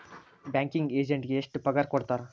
Banking ಎಜೆಂಟಿಗೆ ಎಷ್ಟ್ ಪಗಾರ್ ಕೊಡ್ತಾರ್?